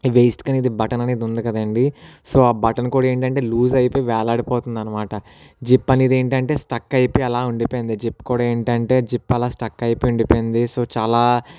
వేయిస్ట్కి అనేది బటన్ అనేది ఉంది కదా అండి సో ఆ బటన్ కూడా ఏంటంటే లూజ్ అయిపోయి వేలాడిపోతుంది అన్నమాట జిప్ అనేది ఏంటంటే స్టక్ అయిపోయి అలా ఉండిపోయింది జిప్పు కూడా ఏంటంటే జిప్ అలా స్టక్ అయిపోయి ఉండిపోయింది సో చాలా